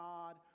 God